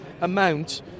amount